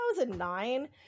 2009